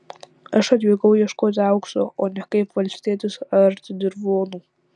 aš atvykau ieškoti aukso o ne kaip valstietis arti dirvonų